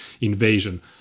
invasion